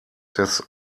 des